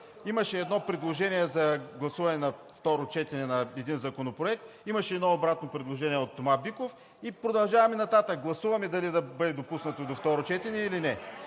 Имаше едно предложение за гласуване на второ четене на един законопроект, имаше едно обратно предложение от Тома Биков и продължаваме нататък – гласуваме дали да бъде допуснато до второ четене или не.